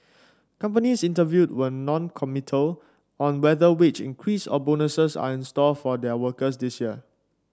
companies interviewed were noncommittal on whether wage increases or bonuses are in store for their workers this year